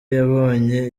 yabonye